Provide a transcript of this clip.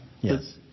Yes